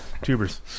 tubers